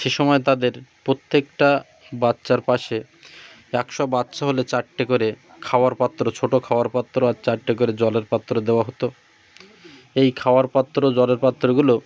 সে সময় তাদের প্রত্যেকটা বাচ্চার পাশে একশো বাচ্চা হলে চারটে করে খাওয়ার পাত্র ছোট খাওয়ার পাত্র আর চারটে করে জলের পাত্র দেওয়া হতো এই খাওয়ার পাত্র ও জলের পাত্রগুলো